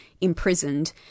imprisoned